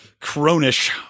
cronish